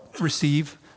receive